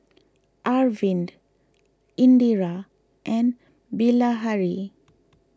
Arvind Indira and Bilahari